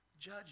Judge